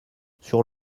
sur